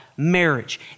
marriage